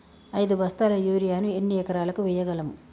ఐదు బస్తాల యూరియా ను ఎన్ని ఎకరాలకు వేయగలము?